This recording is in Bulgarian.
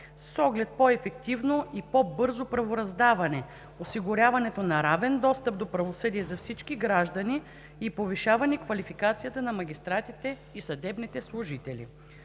с оглед по-ефективно и по-бързо правораздаване, осигуряването на равен достъп до правосъдие за всички граждани и повишаване квалификацията на магистратите и съдебните служители.